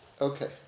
Okay